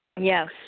Yes